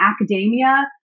academia